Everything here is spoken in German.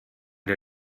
der